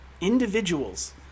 Individuals